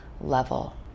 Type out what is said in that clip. level